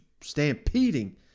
stampeding